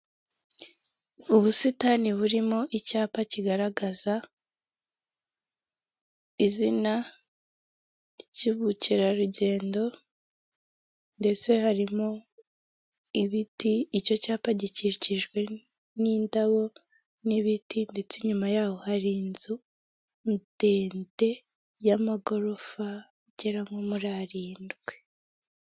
Ubusitani burimo icyapa kigaragaza izina ry'ubukerarugendo, ndetse harimo ibiti, icyo cyapa gikikijwe n'indabo n'ibiti ndetse nyuma yaho hari inzu ndende y'amagorofa agera nko muri arindwi.